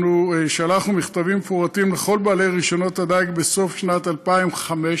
אנחנו שלחנו מכתבים מפורטים לכל בעלי רישיונות הדיג בסוף שנת 2015,